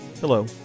Hello